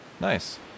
Nice